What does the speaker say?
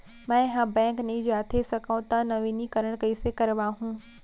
मैं ह बैंक नई जाथे सकंव त नवीनीकरण कइसे करवाहू?